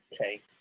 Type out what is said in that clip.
Okay